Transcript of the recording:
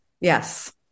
Yes